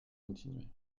continuer